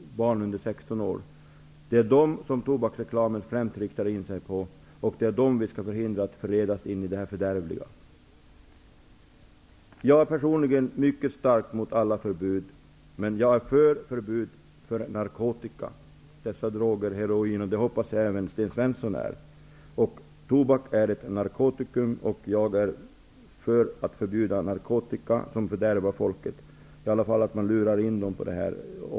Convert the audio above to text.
Det är dessa som tobakreklamen främst riktar in sig på. Det är dem som vi skall förhindra att förledas i det fördärvliga. Personligen är jag mycket starkt mot alla förbud, men jag är för förbud mot narkotika, droger som heroin. Det hoppas jag att även Sten Svensson är. Tobak är ett narkotikum. Jag är för att förbjuda narkotika, som fördärvar folk -- folk luras in på det.